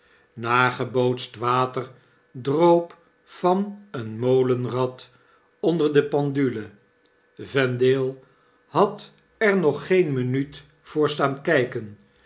nagebootst water droop van een molenrad onder de pendule vendale had er nog geen minuut voor staan kjjken